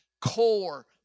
core